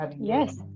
yes